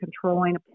controlling